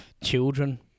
Children